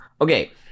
okay